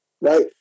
Right